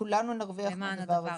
כולנו נרוויח מהדבר הזה.